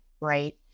right